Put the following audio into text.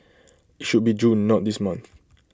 IT should be June not this month